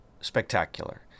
spectacular